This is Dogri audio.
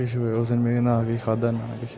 केश होंया ते उस दिन ना मैं केश खादा ते ना केश